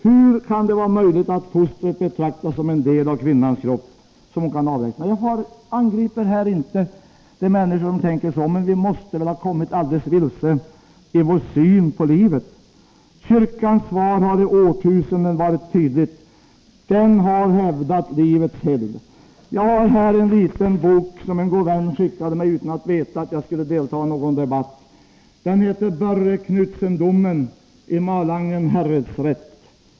Hur kan det vara möjligt att fostret betraktas som en del av kvinnans kropp som hon kan avlägsna? Jag angriper här inte de människor som tänker så, men vi måste väl ha kommit alldeles vilse i vår syn på livet. Kyrkans svar har i årtusenden varit tydligt. Den har hävdat livets helgd. Jag har här en liten bok som en god vän skickade mig utan att veta att jag skulle delta i någon debatt. Den är av norrmannen Börre Knudsen och heter Dommen i Malangen herredsrett.